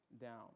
down